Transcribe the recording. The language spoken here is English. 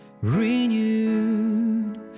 Renewed